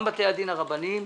גם בתי הדין הרבניים,